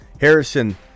Harrison